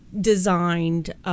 designed